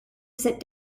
sit